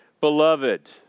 beloved